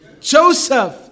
Joseph